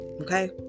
okay